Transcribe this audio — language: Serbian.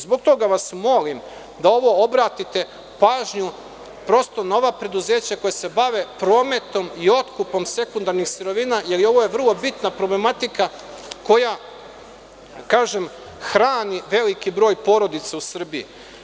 Zbog toga vas molim da ovo obratite pažnju, prosto na ova preduzeća koja se bave prometom i otkupom sekundarnih sirovina, jer ovo je vrlo bitna problematika, koja, da kažem, hrani veliki broj porodica u Srbiji.